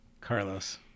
Carlos